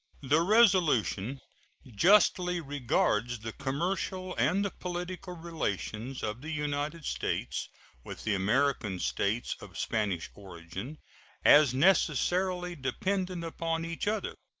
the resolution justly regards the commercial and the political relations of the united states with the american states of spanish origin as necessarily dependent upon each other.